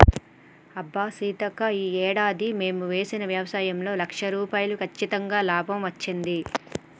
అబ్బా సీతక్క ఈ ఏడాది మేము చేసిన వ్యవసాయంలో లక్ష రూపాయలు కచ్చితంగా లాభం వచ్చింది